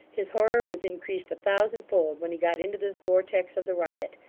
his horror was increased a thousandfold when he got into this vortex of the riot,